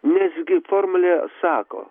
nesgi formulė sako